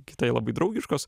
kitai labai draugiškos